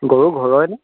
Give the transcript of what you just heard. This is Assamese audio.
গৰু ঘৰৰেনে